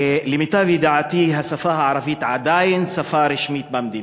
למיטב ידיעתי השפה הערבית עדיין שפה רשמית במדינה,